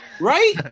Right